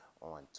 on